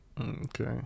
Okay